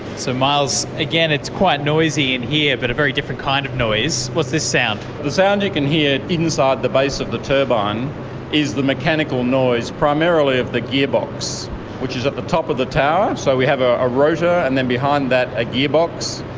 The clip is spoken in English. so miles, again it's quite noisy in here but a very different kind of noise. what's this sound? so the sound you can hear here inside the base of the turbine is the mechanical noise, primarily of the gearbox which is at the top of the tower. so we have a a rotor and then behind that a gearbox,